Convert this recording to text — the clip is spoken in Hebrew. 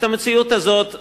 את המציאות הזאת צריכים,